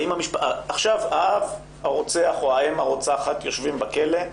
האב הרוצח או האם הרוצחת יושבים בכלא,